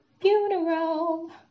funeral